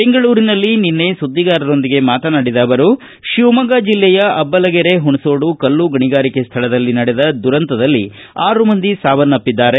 ಬೆಂಗಳೂರಿನಲ್ಲಿ ನಿನ್ನೆ ಸುದ್ದಿಗಾರರೊಂದಿಗೆ ಮಾತನಾಡಿದ ಅವರು ಶಿವಮೊಗ್ಗ ಜಿಲ್ಲೆಯ ಅಬ್ಬಲಗೆರೆ ಹುಣಸೋಡು ಕಲ್ಲು ಗಣಿಗಾರಿಕೆ ಸ್ವಳದಲ್ಲಿ ನಡೆದ ದುರಂತದಲ್ಲಿ ಆರು ಮಂದಿ ಸಾವನ್ನಪ್ಪಿದ್ದಾರೆ